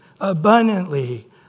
abundantly